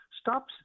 Stop